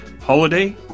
Holiday